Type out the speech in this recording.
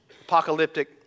Apocalyptic